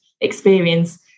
experience